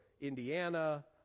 Indiana